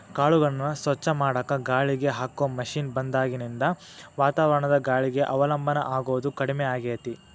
ಕಾಳುಗಳನ್ನ ಸ್ವಚ್ಛ ಮಾಡಾಕ ಗಾಳಿಗೆ ಹಾಕೋ ಮಷೇನ್ ಬಂದಾಗಿನಿಂದ ವಾತಾವರಣದ ಗಾಳಿಗೆ ಅವಲಂಬನ ಆಗೋದು ಕಡಿಮೆ ಆಗೇತಿ